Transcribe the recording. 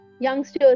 youngsters